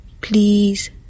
please